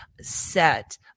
Set